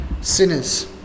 sinners